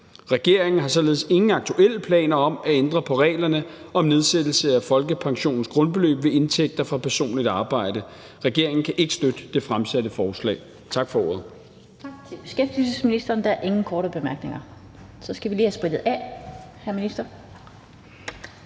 Regeringen har således ingen aktuelle planer om at ændre på reglerne om nedsættelse af folkepensionens grundbeløb ved indtægter for personligt arbejde. Regeringen kan ikke støtte det fremsatte forslag.